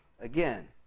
again